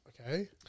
Okay